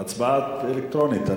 הצבעה אלקטרונית.